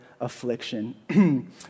affliction